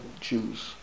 Jews